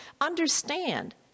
understand